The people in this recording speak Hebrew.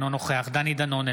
אינו נוכח דני דנון,